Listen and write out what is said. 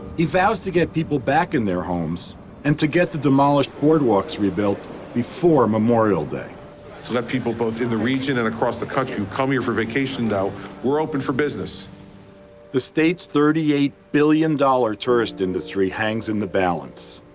he vows to get people back in their homes and to get the demolished boardwalks rebuilt before memorial day. christie to let people both in the region and across the country who come here for vacation know we're open for business. bittman the state's thirty eight billion dollars tourist industry hangs in the balance.